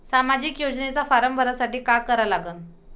सामाजिक योजनेचा फारम भरासाठी का करा लागन?